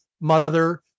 mother